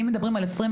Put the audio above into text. כי אם מדברים על 2025,